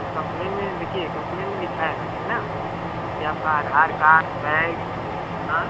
फिर कंप्लेन में देखिए कंप्लेन में लिखाएगा ठीक न कि आपका आधार कार्ड बैग हाँ